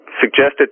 suggested